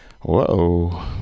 Whoa